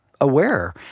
aware